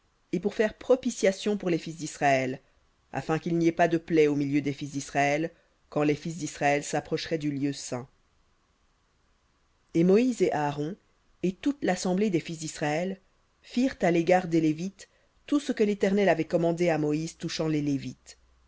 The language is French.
et pour faire propitiation pour les fils d'israël afin qu'il n'y ait pas de plaie au milieu des fils d'israël quand les fils d'israël s'approcheraient du lieu saint et moïse et aaron et toute l'assemblée des fils d'israël firent à l'égard des lévites tout ce que l'éternel avait commandé à moïse touchant les lévites